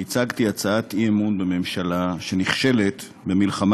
והצגתי הצעת אי-אמון בממשלה שנכשלת במלחמה